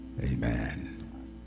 Amen